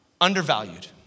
Undervalued